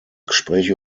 gespräche